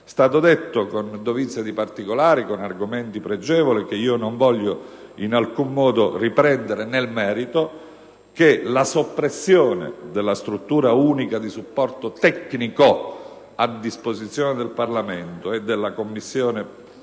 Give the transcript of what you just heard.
È stato detto con dovizia di particolari e con argomenti pregevoli, che non voglio in alcun modo riprendere nel merito, che la soppressione della struttura unica di supporto tecnico a disposizione del Parlamento e della Commissione